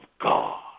God